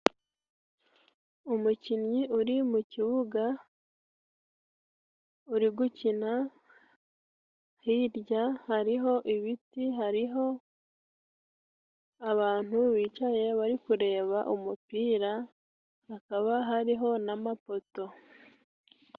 Umukinnyi uri mu kibuga uri gukina, hirya hari ho ibiti, hari ho abantu bicaye bari kureba umupira, hakaba hariho n'amapoto.